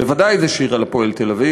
בוודאי זה שיר על "הפועל תל-אביב".